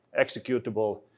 executable